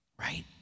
right